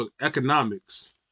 economics